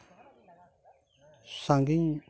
ᱥᱟᱺᱜᱤᱧ